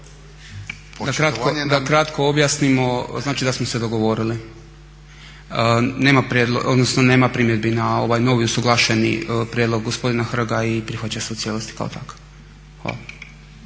Da kratko objasnimo, znači da smo se dogovorili. Nema primjedbi na ovaj novi usuglašeni prijedlog gospodina Hrga i prihvaća se u cijelosti kao takav.